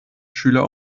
schüler